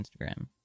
Instagram